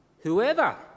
whoever